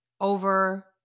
over